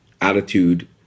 attitude